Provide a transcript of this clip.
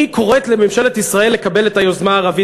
היא קוראת לממשלת ישראל לקבל את היוזמה הערבית.